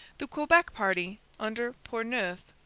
the quebec party, under portneuf,